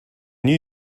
new